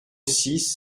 six